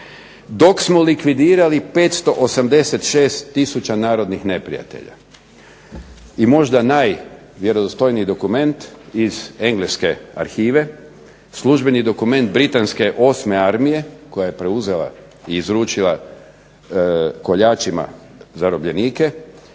"Dok smo likvidirali 586 tisuća narodnih neprijatelja." I možda najvjerodostojniji dokument iz engleske arhive, službeni dokument Britanske 8. armije koja je preuzela i izručila koljačima zarobljenike,